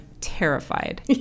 terrified